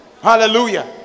Hallelujah